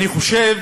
אני חושב,